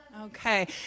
Okay